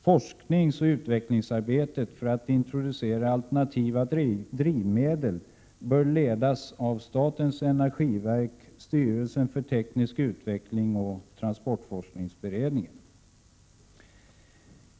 Forskningsoch utvecklingsarbetet för att introducera alternativa drivmedel bör ledas av statens energiverk, styrelsen för teknisk utveckling och transportforskningsberedningen.